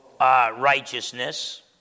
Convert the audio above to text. Righteousness